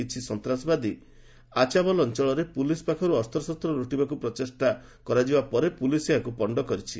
କିଛି ସନ୍ତାସବାଦୀ ଆଚାବଲ ଅଞ୍ଚଳରେ ପୁଲିସ ପାଖରୁ ଅସ୍ତ୍ରଶସ୍ତ ଲୁଟିବାକୁ ପ୍ରଚେଷ୍ଟା କରାଯିବା ପରେ ପୁଲିସ ଏହାକୁ ପଣ୍ଡ କରିଛି